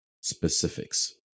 specifics